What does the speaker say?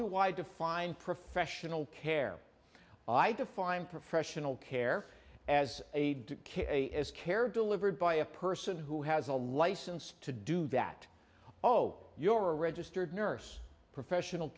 do i define professional care i define professional care as a kid a is cared delivered by a person who has a license to do that oh you're a registered nurse professional